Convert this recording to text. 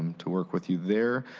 to work with you there.